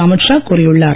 அமித் ஷா கூறியுள்ளார்